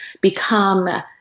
become